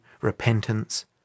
repentance